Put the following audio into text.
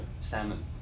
salmon